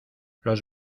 los